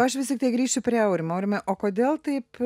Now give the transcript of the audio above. aš vis tiktai grįšiu prie aurimo aurimai o kodėl taip